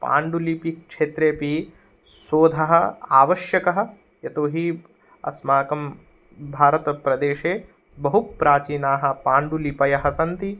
पाण्डुलिपिक्षेत्रेपि शोधः आवश्यकः यतो हि अस्माकं भारतप्रदेशे बहुप्राचीनाः पाण्डुलिपयः सन्ति